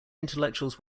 intellectuals